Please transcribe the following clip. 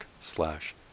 slash